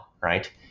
Right